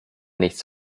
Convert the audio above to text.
nichts